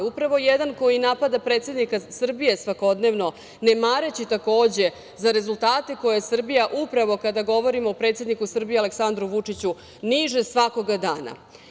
Upravo jedan koji napada predsednika Srbije, svakodnevno, ne mareći takođe za rezultate koje Srbija upravo kada govorimo o predsedniku Srbije Aleksandru Vučiću niže svakoga dana.